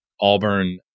auburn